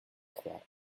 trois